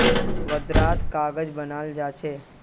वर्धात कागज बनाल जा छे